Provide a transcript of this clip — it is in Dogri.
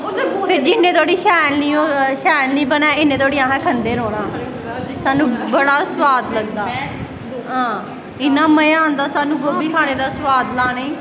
फिर जिन्ने धोड़ी शैल नी बनै इन्ने धोड़ी असें खंदे रौह्ना स्हानू बड़ा सोआद लगदा हां इन्ना मज़ा आंदा स्हानू गोभी खाने दा सोआद लाने ई